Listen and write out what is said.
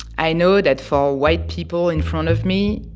i know that for white people in front of me,